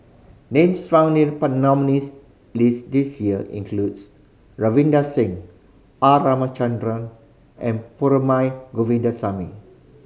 names found in the nominees' list this year includes Ravinder Singh R Ramachandran and Perumal Govindaswamy